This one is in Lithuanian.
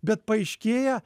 bet paaiškėja